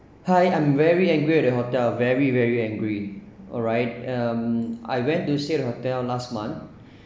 hi I'm very angry at your hotel very very angry alright um I went to stay at the hotel last month